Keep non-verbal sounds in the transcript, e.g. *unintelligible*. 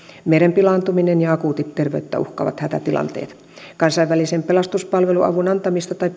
meren pilaantuminen ja akuutit terveyttä uhkaavat hätätilanteet kansainvälisen pelastuspalveluavun antamisesta tai *unintelligible*